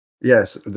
Yes